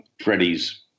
Freddie's